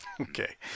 Okay